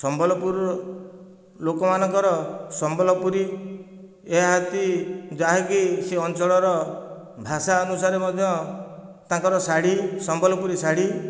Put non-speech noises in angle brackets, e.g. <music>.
ସମ୍ବଲପୁର ଲୋକମାନଙ୍କର ସମ୍ବଲପୁରୀ <unintelligible> ଯାହାକି ସେ ଅଞ୍ଚଳର ଭାଷା ଅନୁସାରେ ମଧ୍ୟ ତାଙ୍କର ଶାଢ଼ୀ ସମ୍ବଲପୁରୀ ଶାଢ଼ୀ